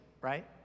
right